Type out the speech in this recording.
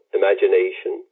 imagination